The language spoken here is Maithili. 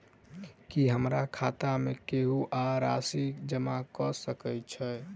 की हमरा खाता मे केहू आ राशि जमा कऽ सकय छई?